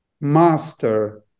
master